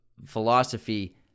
philosophy